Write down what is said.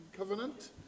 covenant